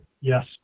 Yes